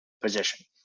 position